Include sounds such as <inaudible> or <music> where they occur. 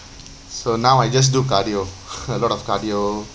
so now I just do cardio <laughs> <breath> a lot of cardio